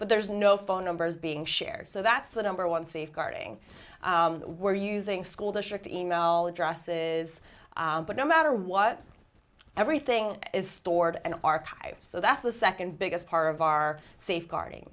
but there's no phone numbers being shared so that's the number one safeguarding where using school district email addresses but no matter what everything is stored and archives so that's the second biggest part of our safeguarding